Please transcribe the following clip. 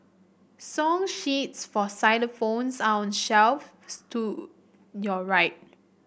song sheets for xylophones are on shelf stood your right